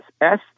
-S